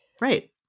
right